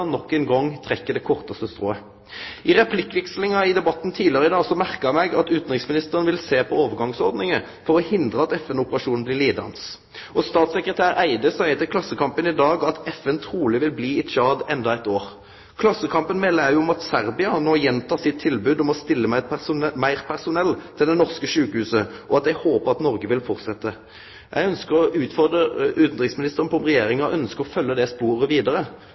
gong trekkjer det kortaste strået. I replikkvekslinga i debatten tidlegare i dag merka eg meg at utanriksministeren vil sjå på overgangsordningar for å hindre at FN-operasjonen blir lidande. Statssekretær Eide seier til Klassekampen i dag at FN truleg vil bli i Tsjad endå eit år. Klassekampen melder òg at Serbia no gjentek sitt tilbod om å stille med meir personell til det norske sjukehuset, og at dei håpar at Noreg vil fortsetje. Eg ønskjer å utfordre utanriksministeren på om Regjeringa ønskjer å følgje det sporet vidare.